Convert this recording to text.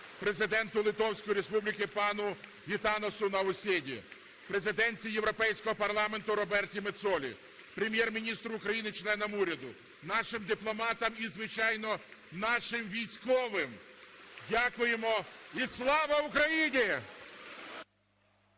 Президенту Литовської Республіки пану Гітанасу Наусєді, президентці Європейського парламенту Роберті Мецолі, Прем'єр-міністру України, членам уряду, нашим дипломатам і, звичайно, нашим військовим дякуємо і слава Україні!